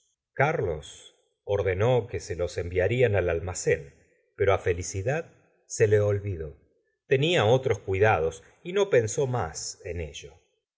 carlos ordenó que se los enviarán al almacén pero á felicidad se le olvidó tenia otros cuidados y no pensó más en ello